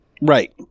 Right